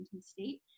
State